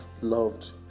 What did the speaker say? loved